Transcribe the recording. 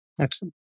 Excellent